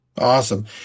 Awesome